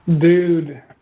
Dude